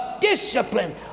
discipline